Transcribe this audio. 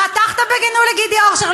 פתחת בגינוי לגידי אורשר.